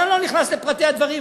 אבל אני לא נכנס לפרטי הדברים.